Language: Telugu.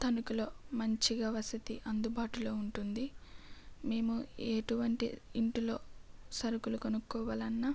తణుకులో మంచిగా వసతి అందుబాటులో ఉంటుంది మేము ఎటువంటి ఇంటిలో సరుకులు కొనుక్కోవాలి అన్నా